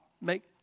make